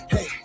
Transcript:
Hey